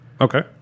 Okay